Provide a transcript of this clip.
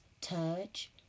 touch